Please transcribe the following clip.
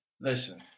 Listen